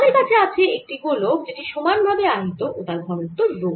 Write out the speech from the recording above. আমাদের কাছে আছে একটি গোলক যেটি সমান ভাবে আহিত ও তার ঘনত্ব রো